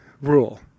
rule